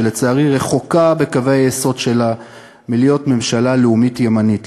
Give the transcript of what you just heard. שלצערי רחוקה בקווי היסוד שלה מלהיות ממשלה לאומית-ימנית,